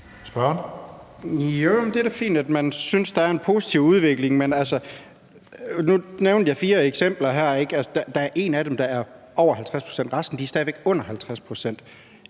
(DD): Jamen det er da fint, at man synes, der er en positiv udvikling. Men nu nævnte jeg fire eksempler her. Der er ét af dem, der er over 50 pct.; resten er stadig væk under 50 pct.